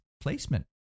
placement